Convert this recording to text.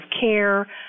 care